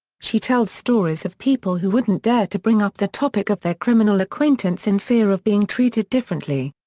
she tells stories of people who wouldn't dare to bring up the topic of their criminal acquaintance in fear of being treated differently.